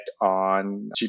on